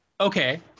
Okay